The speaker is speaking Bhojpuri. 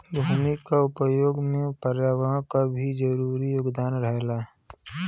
भूमि क उपयोग में पर्यावरण क भी जरूरी योगदान रहेला